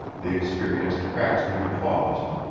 the experienced cracksman paused,